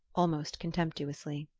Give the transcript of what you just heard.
almost contemptuously.